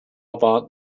about